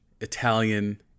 Italian